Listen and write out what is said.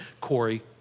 Corey